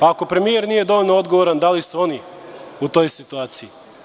Ako premijer nije dovoljno odgovoran, da li su oni u toj situaciji?